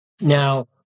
Now